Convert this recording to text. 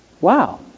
wow